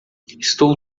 estou